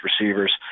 receivers